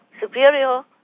superior